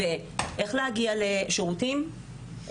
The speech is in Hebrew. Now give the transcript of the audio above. איך להגיע לשירותים,